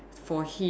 for him